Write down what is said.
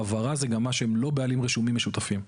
העברה זה גם שהם לא בעלים רשומים משותפים.